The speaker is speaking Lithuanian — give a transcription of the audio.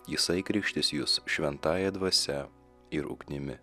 jisai krikštys jus šventąja dvasia ir ugnimi